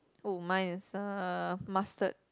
oh mine is a mustard